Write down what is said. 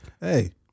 Hey